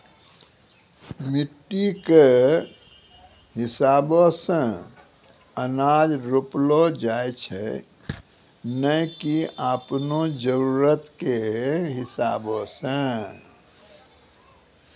मिट्टी कॅ हिसाबो सॅ अनाज रोपलो जाय छै नै की आपनो जरुरत कॅ हिसाबो सॅ